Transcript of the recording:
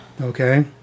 Okay